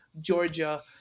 Georgia